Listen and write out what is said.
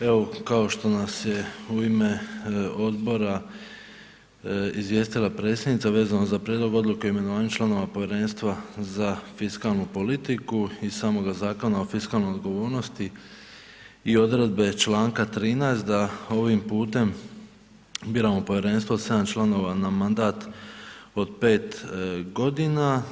Evo, kao što nam se u ime odbora izvijestila predsjednica vezano za Prijedlog Odluke o imenovanju članova Povjerenstva za fiskalnu politiku i samoga Zakona o fiskalnoj odgovornosti i odredbe čl. 13. da ovim putem biramo povjerenstvo od 7 članova na mandat od 5 godina.